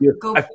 go